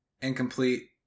incomplete